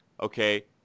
okay